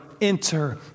enter